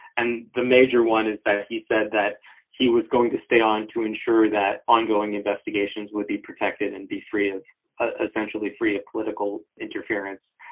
and the major one is that he said that he was going to stay on to ensure that ongoing investigations would be protected and be free of ah essentially free of political interference.